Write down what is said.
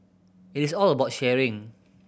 it is all about sharing